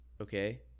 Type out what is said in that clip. Okay